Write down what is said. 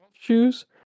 shoes